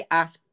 ask